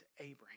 Abraham